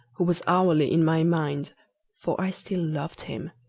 who was hourly in my mind for i still loved him,